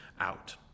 out